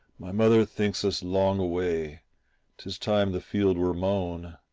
my mother thinks us long away tis time the field were mown.